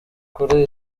kure